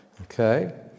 Okay